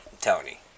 Tony